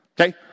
Okay